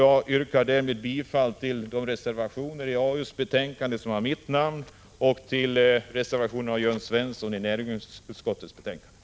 Jag yrkar därmed bifall till de reservationer i arbetsmarknadsutskottets betänkande där mitt namn finns med och till reservationerna av Jörn Svensson i näringsutskottets betänkande.